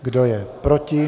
Kdo je proti?